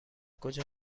کجا